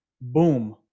Boom